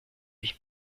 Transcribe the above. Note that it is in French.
lui